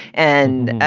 and